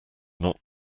not